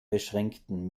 beschränkten